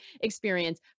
experience